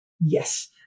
Yes